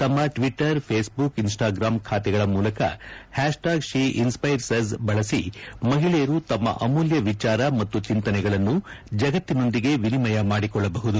ತಮ್ಮ Twitter Facebook Instagram ಖಾತೆಗಳ ಮೂಲಕ ಹ್ಯಾಷ್ಟ್ಯಾಗ್ ಶಿ ಇನ್ಸ್ಪೈರ್ಸ್ ಆಝ್ ಬಳಸಿ ಮಹಿಳೆಯರು ತಮ್ಮ ಅಮೂಲ್ಯ ವಿಚಾರ ಮತ್ತು ಚೆಂತನೆಗಳನ್ನು ಜಗತ್ತಿನೊಂದಿಗೆ ವಿನಿಮಯ ಮಾಡಿಕೊಳ್ಳಬಹುದು